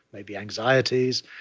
maybe, anxieties,